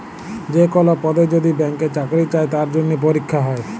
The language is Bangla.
যে কল পদে যদি ব্যাংকে চাকরি চাই তার জনহে পরীক্ষা হ্যয়